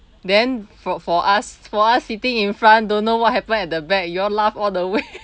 then for for us for us sitting in front don't know what happened at the back you all laugh all the way